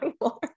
more